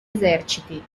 eserciti